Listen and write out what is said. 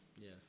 Yes